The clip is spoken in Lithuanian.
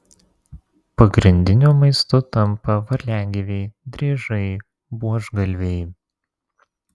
pagrindiniu maistu tampa varliagyviai driežai buožgalviai